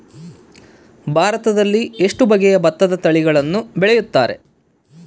ಭಾರತದಲ್ಲಿ ಎಷ್ಟು ಬಗೆಯ ಭತ್ತದ ತಳಿಗಳನ್ನು ಬೆಳೆಯುತ್ತಾರೆ?